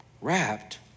wrapped